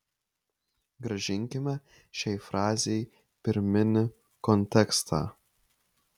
grąžinkime šiai frazei pirminį kontekstą